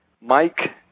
Mike